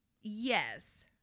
Yes